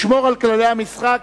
לשמור על כללי המשחק,